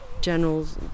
generals